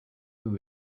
who